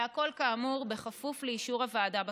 והכול כאמור בכפוף לאישור הוועדה בכנסת.